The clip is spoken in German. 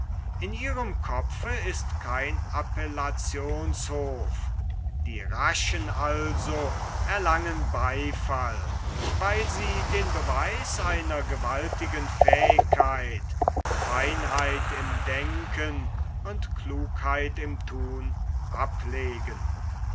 in ihrem kopfe ist kein appellationshof die raschen also erlangen beifall weil sie den beweis einer gewaltigen fähigkeit feinheit im denken und klugheit im thun ablegen